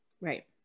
Right